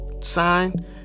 sign